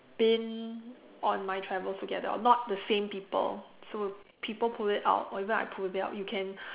been on my travels together or not the same people so people pull it out or even I pull it out you can